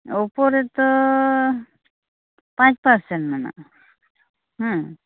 Oppo ᱨᱮᱫᱚ ᱯᱟᱸᱪ percent ᱢᱮᱱᱟᱜᱼᱟ